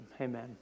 Amen